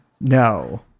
No